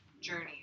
journey